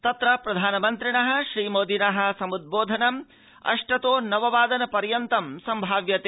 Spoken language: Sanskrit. तत्र प्रधानमन्त्रिणः श्रीमोदिनः समुद्रोधनम् अष्टतो नव वादन पर्यन्तं संभाव्यते